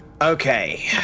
Okay